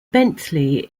bentley